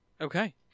Okay